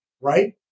right